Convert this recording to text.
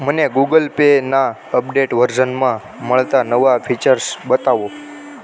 મને ગૂગલ પેના અપડેટ વર્ઝનમાં મળતાં નવા ફીચર્સ બતાવો